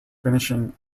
finishing